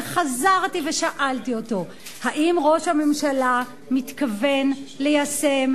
וחזרתי ושאלתי אותו: האם ראש הממשלה מתכוון ליישם,